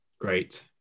great